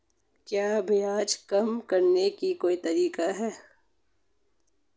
क्या ब्याज कम करने का कोई तरीका है?